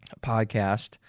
podcast